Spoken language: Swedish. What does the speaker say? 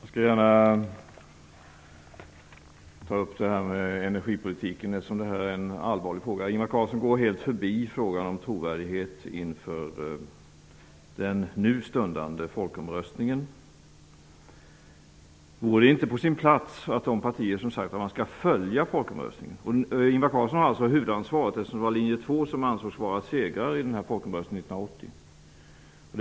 Herr talman! Jag skall gärna ta upp energipolitiken, eftersom det är en allvarlig fråga. Ingvar Carlsson går helt förbi frågan om trovärdighet inför den nu stundande folkomröstningen. Man har sagt att folkomröstningens resultat skall följas. Här har Ingvar Carlsson huvudansvaret. Det var linje 2 som ansågs som segrare i folkomröstningen 1980.